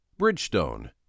Bridgestone